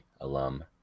alum